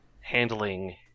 handling